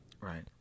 Right